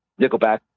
Nickelback